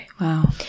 Wow